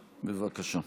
בבקשה.